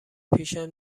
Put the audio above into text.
پیشم